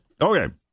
Okay